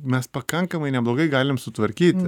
mes pakankamai neblogai galim sutvarkyti